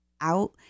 out